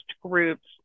groups